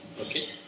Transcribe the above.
okay